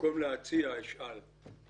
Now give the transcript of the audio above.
במקום להציע, אשאל.